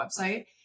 website